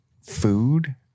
food